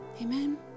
amen